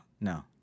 No